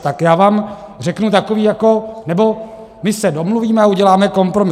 Tak já vám řeknu takový nebo my se domluvíme a uděláme kompromis.